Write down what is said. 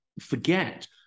forget